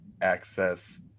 access